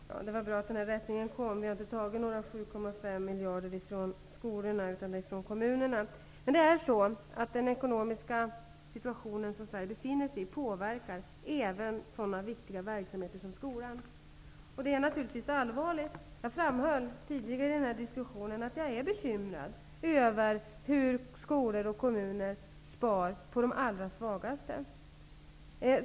Herr talman! Det var bra att denna rättelse gjordes. Vi har inte tagit några 7,5 miljarder kronor från skolorna, utan det är från kommunerna som de har tagits. Men den ekonomiska situation som Sverige befinner sig i påverkar även viktiga sådana verksamheter som skolan. Det är naturligtvis allvarligt. Jag framhöll tidigare i denna diskussion att jag är bekymrad över hur skolor och kommuner spar på de allra svagaste.